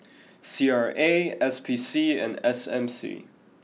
C R A S P C and S M C